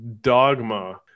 Dogma